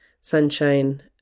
sunshine